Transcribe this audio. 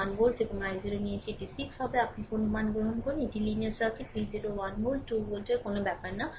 1 volt এবং i0 নিয়েছে এটি 6 হবে আপনি কোনও মান গ্রহণ করুন এটি লিনিয়ার সার্কিট V0 1 ভোল্ট 2 ভোল্টের কোনও ব্যাপার নয়